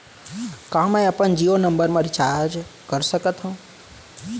का मैं अपन जीयो नंबर म रिचार्ज कर सकथव?